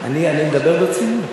אני מדבר ברצינות.